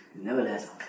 Nevertheless